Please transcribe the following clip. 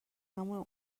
همون